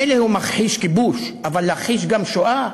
מילא הוא מכחיש כיבוש, אבל להכחיש גם שואה?